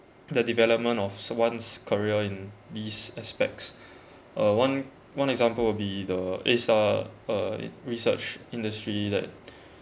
the development of one's career in these aspects uh one one example would be the A-STAR uh research industry that